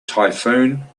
typhoon